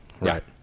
right